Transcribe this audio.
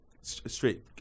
straight